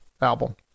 album